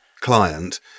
client